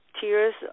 tears